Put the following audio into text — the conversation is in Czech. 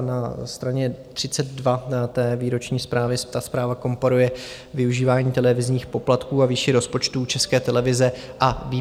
Na straně 32 výroční zprávy ta zpráva komponuje využívání televizních poplatků a výši rozpočtů České televize a BBC.